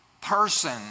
person